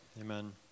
Amen